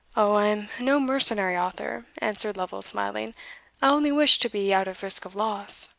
o, i am no mercenary author, answered lovel, smiling i only wish to be out of risk of loss.